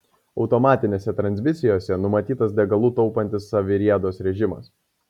automatinėse transmisijose numatytas degalus taupantis saviriedos režimas